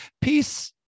peace